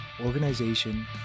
organization